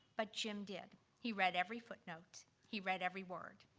but jim did. he read every footnote. he read every word.